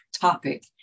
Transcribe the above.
topic